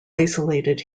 isolated